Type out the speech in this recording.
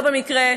לא במקרה,